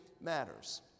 matters